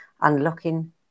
unlocking